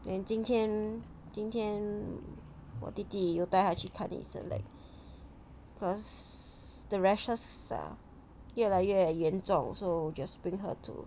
then 今天今天我弟弟又带她去看医生 leh cause the rashes ah 越来越严重 so just bring her to